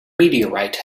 meteorite